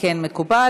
מקובל.